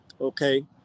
Okay